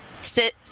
sit